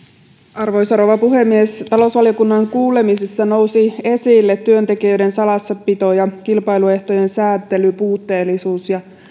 arvoisa rouva puhemies talousvaliokunnan kuulemisissa nousi esille työntekijöiden salassapito ja kilpailuehtojen sääntelyn puutteellisuus ja